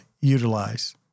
utilize